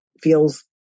feels